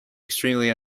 extremely